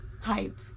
hype